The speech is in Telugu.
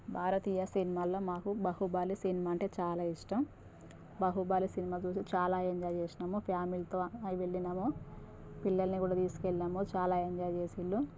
భారతీయ సినిమాలో మాకు బాహుబలి సినిమా అంటే చాలా ఇష్టం బాహుబలి సినిమా చూసి చాలా ఎంజాయ్ చేసినాము ఫ్యామిలీతో వెళ్ళాము పిల్లల్ని కూడా తీసుకెళ్ళాము చాలా ఎంజాయ్ చేసారు